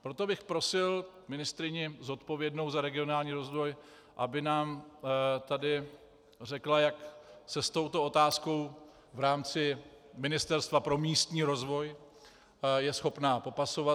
Proto bych prosil ministryni zodpovědnou za regionální rozvoj, aby nám tady řekla, jak se s touto otázkou v rámci Ministerstva pro místní rozvoj je schopna popasovat.